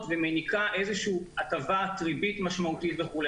ומעניקה איזושהי הטבת ריבית משמעותית וכו'.